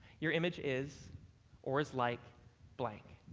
your image is or is like blank.